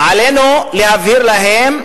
עלינו להבהיר להם,